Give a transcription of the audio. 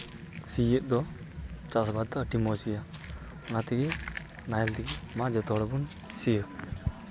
ᱥᱤᱭᱳᱜ ᱫᱚ ᱪᱟᱥᱼᱟᱵᱟᱫᱽ ᱫᱚ ᱟᱹᱰᱤ ᱢᱚᱡᱽ ᱦᱩᱭᱩᱜᱼᱟ ᱚᱱᱟ ᱛᱮᱜᱮ ᱱᱟᱦᱮᱞ ᱛᱮᱜᱮ ᱢᱟ ᱡᱚᱛᱚ ᱦᱚᱲ ᱵᱚᱱ ᱥᱤᱭᱟ